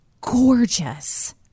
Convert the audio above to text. gorgeous